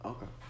Okay